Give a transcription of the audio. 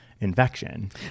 infection